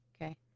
Okay